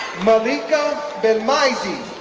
malika belmaizi